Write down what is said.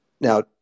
Now